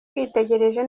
witegereje